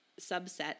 subset